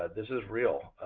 this is real.